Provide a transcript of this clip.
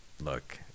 look